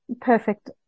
Perfect